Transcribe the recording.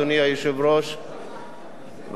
אדוני היושב-ראש,